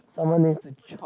someone need to chop